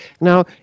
Now